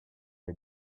les